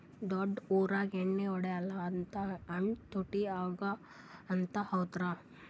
ದೊಡ್ಡ ಊರಾಗ ಎಣ್ಣಿ ಹೊಡಿಲಾರ್ದ ಹಣ್ಣು ತುಟ್ಟಿ ಅಗವ ಅಂತ, ಹೌದ್ರ್ಯಾ?